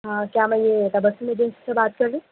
ہاں کیا میں یہ تبسم ایجینٹ سے بات کر رہی